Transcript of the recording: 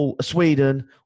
Sweden